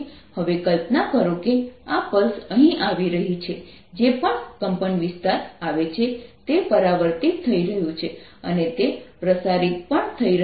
હવે કલ્પના કરો કે આ પલ્સ અહીં આવી રહી છે જે પણ કંપનવિસ્તાર આવે છે તે પરાવર્તિત થઈ રહ્યું છે અને તે પ્રસારિત પણ થઈ રહ્યું છે